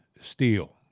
steel